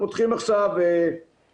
נקים ארגון ירוק שתפקידו לפקח,